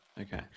Okay